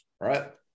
right